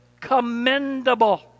commendable